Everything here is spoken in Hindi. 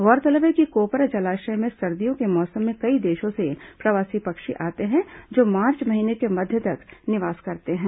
गौरतलब है कि कोपरा जलाशय में सर्दियों के मौसम में कई देशों से प्रवासी पक्षी आते हैं जो मार्च महीने के मध्य तक निवास करते हैं